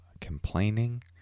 complaining